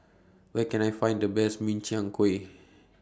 Where Can I Find The Best Min Chiang Kueh